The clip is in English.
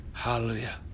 Hallelujah